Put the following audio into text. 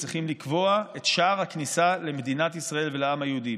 צריכים לקבוע את שער הכניסה למדינת ישראל ולעם היהודי.